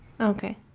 Okay